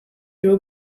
drew